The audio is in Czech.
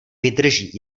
vydrží